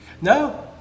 No